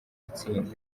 utsinda